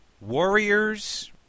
Warriors